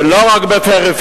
שלא רק בפריפריה,